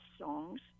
songs